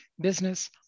business